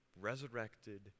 resurrected